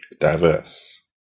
diverse